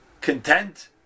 content